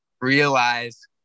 realize